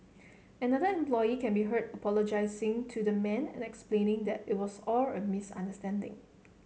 another employee can be heard apologising to the man and explaining that it was all a misunderstanding